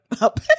up